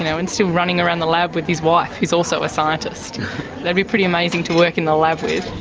and and still running around the lab with his wife, who's also a scientist. they would be pretty amazing to work in the lab with.